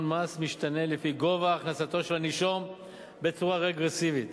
מס משתנה לפי גובה הכנסתו של הנישום בצורה רגרסיבית.